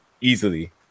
easily